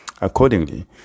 Accordingly